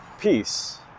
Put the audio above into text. peace